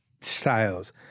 styles